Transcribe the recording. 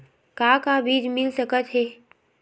का का बीज मिल सकत हे?